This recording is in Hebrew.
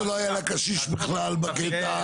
שלא היה לקשיש בכלל בקטע,